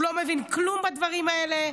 הוא לא מבין כלום בדברים האלה.